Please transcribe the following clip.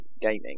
gaming